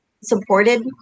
supported